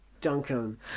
Duncan